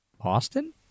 Austin